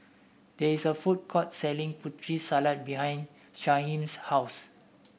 there is a food court selling Putri Salad behind Shyheim's house